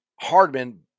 Hardman